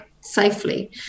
safely